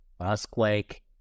earthquake